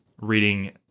reading